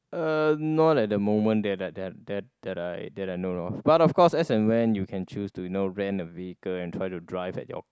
uh not at the moment that that that that I that I know of but of course as and when you can choose to you know rent a vehicle and try to drive at your